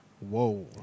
Whoa